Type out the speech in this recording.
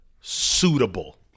suitable